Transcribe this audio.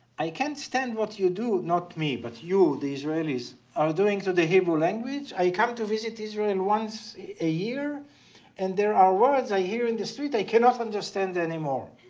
i can't stand what you do not me but you the israelis are doing to the hebrew language. i come to visit israel once a year and there are words i hear in the street i cannot understand anymore.